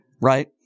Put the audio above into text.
right